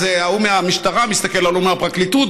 אז ההוא מהמשטרה מסתכל על ההוא מהפרקליטות,